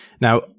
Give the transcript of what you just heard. Now